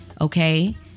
okay